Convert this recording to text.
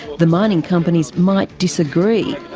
the mining companies might disagree,